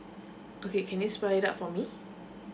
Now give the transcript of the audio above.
okay can you spell it out for me